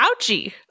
ouchie